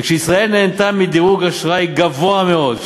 וישראל נהנתה מדירוג אשראי גבוה מאוד,